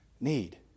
need